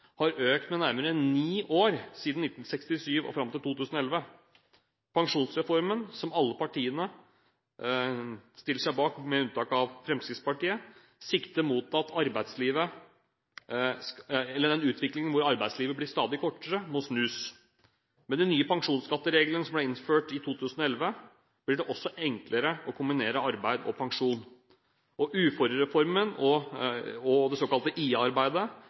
har økt med nærmere ni år siden 1967 og fram til 2011. Pensjonsreformen, som alle partiene på Stortinget stiller seg bak, med unntak av Fremskrittspartiet, sikter mot at den utviklingen hvor arbeidslivet blir stadig kortere, må snus. Med de nye pensjonsskattereglene, som ble innført i 2011, blir det også enklere å kombinere arbeid og pensjon. Uførereformen og det såkalte